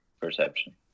Perception